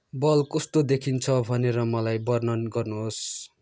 बल कस्तो देखिन्छ भनेर मलाई वर्णन गर्नुहोस्